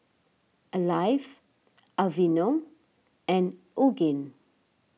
Alive Aveeno and Yoogane